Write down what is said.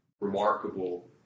remarkable